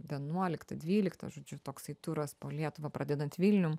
vienuoliktą dvyliktą žodžiu toksai turas po lietuvą pradedant vilnium